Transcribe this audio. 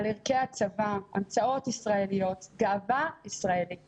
על ערכי הצבא, המצאות ישראליות, גאווה ישראלית